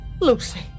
Lucy